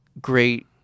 great